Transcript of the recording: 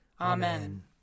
Amen